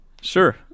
Sure